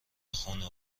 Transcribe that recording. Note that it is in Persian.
خونه